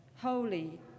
Holy